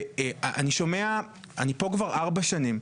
אני פה כבר ארבע שנים,